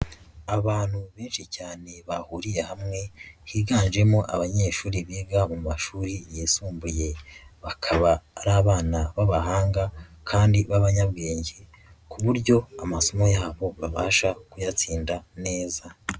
Abantu benshi cyane bahuriye hamwe higanjemo abanyeshuri biga mu mashuri yi'sumbuye, bakaba ari abana b'abahanga kandi b'abanyabwenge ku buryo amasomo yabo babasha kuyatsinda neza.